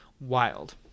Wild